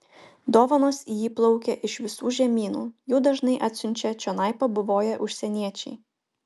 dovanos į jį plaukia iš visų žemynų jų dažnai atsiunčia čionai pabuvoję užsieniečiai